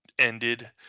ended